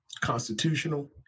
constitutional